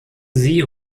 sie